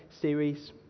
series